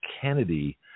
Kennedy